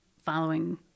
following